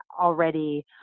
already